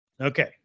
Okay